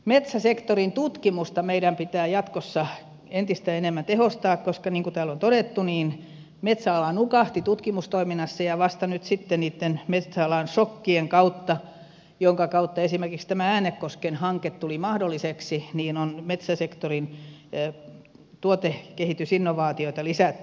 metsäsektorin tutkimusta meidän pitää jatkossa entistä enemmän tehostaa koska niin kuin täällä on todettu metsäala nukahti tutkimustoiminnassa ja vasta nyt sitten niitten metsäalan sokkien kautta joiden kautta esimerkiksi tämä äänekosken hanke tuli mahdolliseksi on metsäsektorin tuotekehitysinnovaatioita lisätty